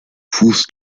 fuß